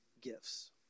gifts